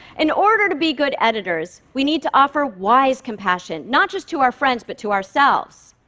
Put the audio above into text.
in order to be good editors, we need to offer wise compassion, not just to our friends, but to ourselves.